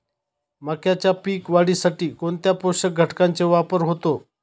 मक्याच्या पीक वाढीसाठी कोणत्या पोषक घटकांचे वापर होतो?